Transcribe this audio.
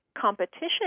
competition